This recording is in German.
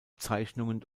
zeichnungen